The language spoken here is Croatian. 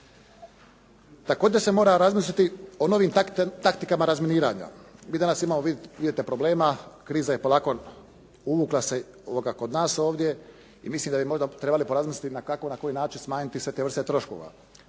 Također se mora razmisliti o novim taktikama razminiranja. Mi danas imamo, vidite problema, kriza je polako uvukla se kod nas ovdje i mislim da bi možda trebali porazmisliti kako, na koji način smanjiti sve te vrste troškova.